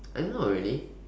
I don't know really